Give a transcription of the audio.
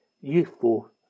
useful